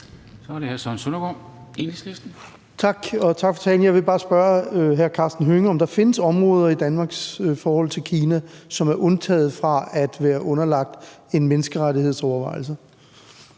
Kl. 20:12 Søren Søndergaard (EL): Tak, og tak for talen. Jeg vil bare spørge hr. Karsten Hønge, om der findes områder i Danmarks forhold til Kina, som er undtaget fra at være underlagt en menneskerettighedsovervejelse.